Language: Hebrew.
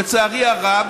לצערי הרב,